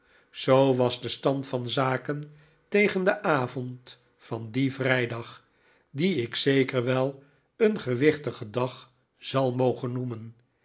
zoo was de stand van zaken tegen den avond van dien vrijdag dien ik zeker wel een gewichtigen dag zal mogen noemen